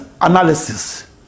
analysis